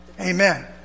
Amen